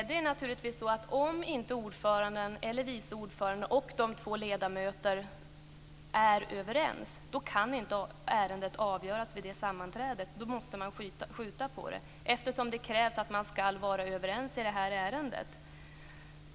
Fru talman! Om inte ordföranden eller vice ordföranden och de två ledamöterna är överens vid sammanträdet, kan ärendet inte avgöras vid detta, utan behandlingen får skjutas upp. För beslut i ett ärende krävs att man ska vara överens.